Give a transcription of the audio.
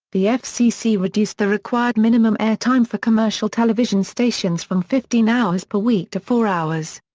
the fcc reduced the required minimum air time for commercial television stations from fifteen hours per week to four hours.